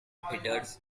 hitters